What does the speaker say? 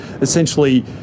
essentially